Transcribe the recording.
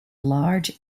large